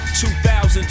2000